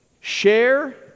share